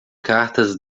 cartas